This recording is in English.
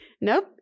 nope